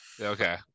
Okay